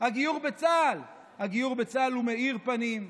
הגיור בצה"ל מאיר פנים,